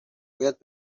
باید